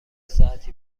ساعتی